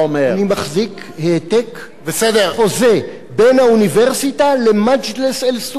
אני מחזיק חוזה בין האוניברסיטה ל"מַגְ'לִס אל-סוּכַּאן",